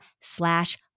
slash